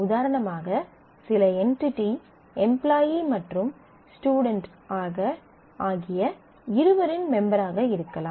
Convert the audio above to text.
உதாரணமாக சில entity employee மற்றும் ஸ்டுடென்ட் ஆகிய இருவரின் மெம்பர் ஆக இருக்கலாம்